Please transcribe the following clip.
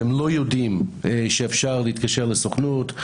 שהם לא יודעים שאפשר להתקשר לסוכנות,